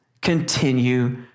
continue